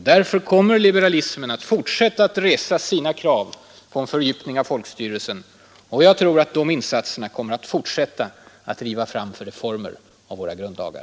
Därför kommer liberalismen att fortsätta att resa sina krav på en fördjupning av folkstyrelsen. Jag tror att de insatserna kommer att fortsätta att driva fram reformer av våra grundlagar.